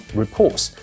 reports